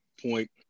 point